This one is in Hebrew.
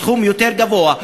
סכום גבוה יותר,